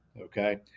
Okay